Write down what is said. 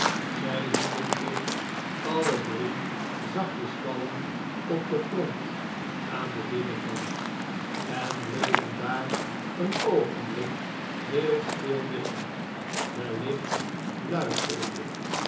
zij lieten zich alle drie zachtjes vallen op den grond aan den binnenkant en bleven daar een oogenblik heel stil liggen wellicht luisterende